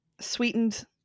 sweetened